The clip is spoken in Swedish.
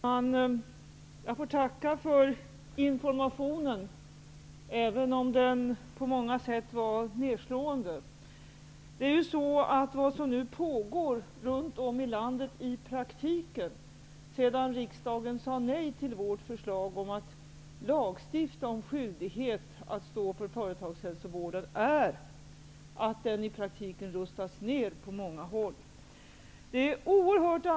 Herr talman! Jag tackar för informationen, även om den på många sätt var nedslående. Sedan riksdagen sade nej till vårt förslag om att lagstifta om skyldighet att stå för företagshälsovården rustas den i praktiken ner på många håll i landet.